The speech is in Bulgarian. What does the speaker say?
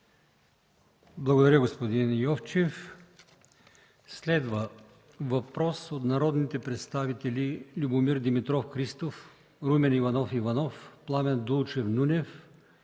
Благодаря, господин Йовчев. Следва въпрос от народните представители Любомир Димитров Христов, Румен Иванов Иванов, Пламен Дулчев Нунев